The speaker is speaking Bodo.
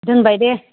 दोनबाय दे